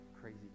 crazy